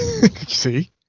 See